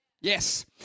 Yes